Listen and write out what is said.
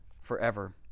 forever